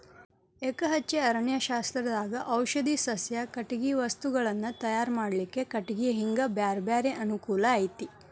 ಎಕಹಚ್ಚೆ ಅರಣ್ಯಶಾಸ್ತ್ರದಾಗ ಔಷಧಿ ಸಸ್ಯ, ಕಟಗಿ ವಸ್ತುಗಳನ್ನ ತಯಾರ್ ಮಾಡ್ಲಿಕ್ಕೆ ಕಟಿಗಿ ಹಿಂಗ ಬ್ಯಾರ್ಬ್ಯಾರೇ ಅನುಕೂಲ ಐತಿ